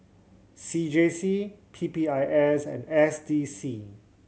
C J C P P I S and S D C